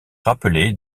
rappelé